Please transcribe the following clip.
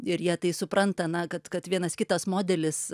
ir jie tai supranta na kad kad vienas kitas modelis